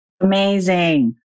Amazing